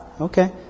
Okay